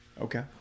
Okay